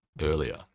earlier